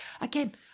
Again